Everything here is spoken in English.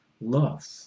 love